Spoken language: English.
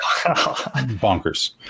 bonkers